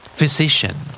Physician